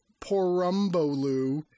Porumbolu